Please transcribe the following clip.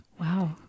Wow